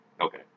Okay